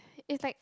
it's like